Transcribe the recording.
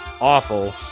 awful